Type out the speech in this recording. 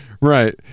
right